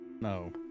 no